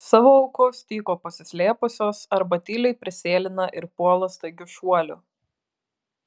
savo aukos tyko pasislėpusios arba tyliai prisėlina ir puola staigiu šuoliu